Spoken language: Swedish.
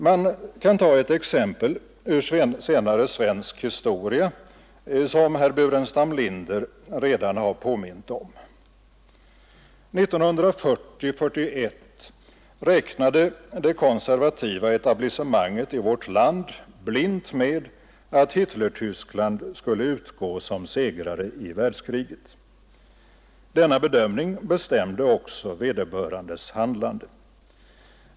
Man kan ta ett exempel ur senare svensk historia, som herr Burenstam Linder redan har påmint om. 1940-1941 räknade det konservativa etablissemanget i vårt land blint med att Hitlertyskland skulle utgå som segrare i världskriget. Denna bedömning bestämde också vederbörandes handlande.